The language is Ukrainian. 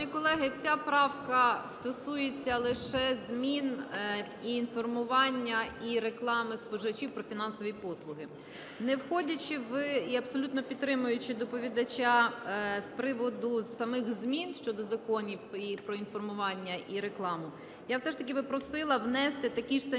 колеги, ця правка стосується лише змін і інформування, і реклами споживачів про фінансові послуги. Не входячи в… і абсолютно підтримуючи доповідача з приводу самих змін щодо законі і про інформування, і рекламу, я все ж таки би просила внести такі самі